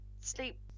sleep